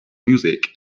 music